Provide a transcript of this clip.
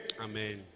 Amen